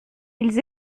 ils